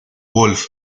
wolf